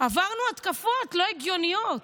עברנו התקפות לא הגיוניות,